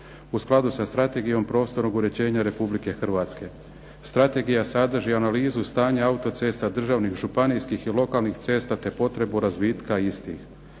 u skladu sa Strategijom prostornog uređenja Republike Hrvatske. Strategija sadrži analizu stanja autocesta, državnih, županijskih i lokalnih cesta te potrebu razvitka istih.